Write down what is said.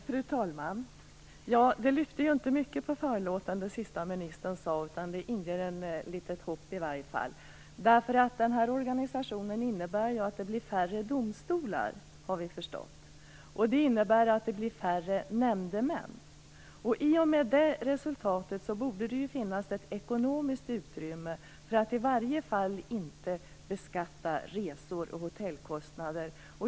Fru talman! Det sista som ministern sade i föregående inlägg lyfte inte mycket på förlåten. Det inger i varje fall litet hopp. Den här organisationen innebär att det blir färre domstolar; det har vi förstått. Det i sin tur innebär att det blir färre nämndemän. I och med det resultatet borde det finnas ett ekonomiskt utrymme för att i varje fall inte beskatta resor och hotellkostnader.